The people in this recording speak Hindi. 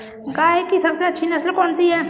गाय की सबसे अच्छी नस्ल कौनसी है?